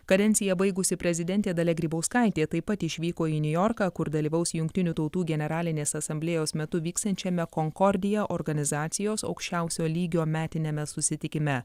kadenciją baigusi prezidentė dalia grybauskaitė taip pat išvyko į niujorką kur dalyvaus jungtinių tautų generalinės asamblėjos metu vyksiančiame konkordija organizacijos aukščiausio lygio metiniame susitikime